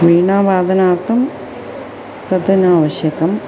वीणावादनार्थं तत् न आवश्यकम्